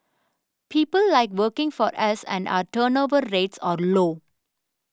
people like working for us and our turnover rates are low